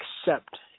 accept